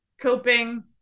coping